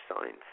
signs